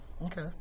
Okay